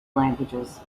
languages